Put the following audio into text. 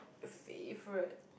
favourite